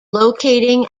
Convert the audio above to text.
locating